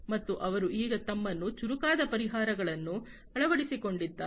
ಮತ್ತು ಅವರು ಈಗ ತಮ್ಮನ್ನು ಚುರುಕಾದ ಪರಿಹಾರಗಳನ್ನು ಅಳವಡಿಸಿಕೊಂಡಿದ್ದಾರೆ